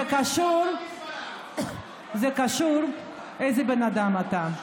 זה קשור לאיזה בן אדם אתה.